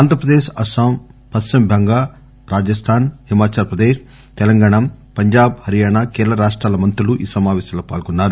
ఆంధ్రప్రదేశ్ అస్పాం పశ్చిమ బంగా రాజస్థాన్ హిమాచల్ ప్రదేశ్ తెలంగాణ పంజాబ్ హర్యానా కేరళ రాష్టాల మంత్రులు ఈ సమాపేశంలో పాల్గొన్నారు